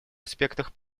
аспектах